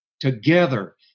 together